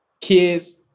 kids